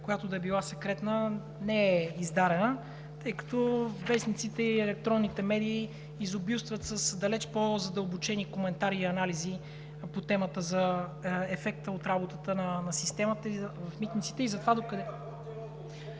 от тази трибуна, не е издадена, тъй като вестниците и електронните медии изобилстват с далеч по-задълбочени коментари и анализи по темата за ефекта от работата на системата в Митниците и за… (Реплика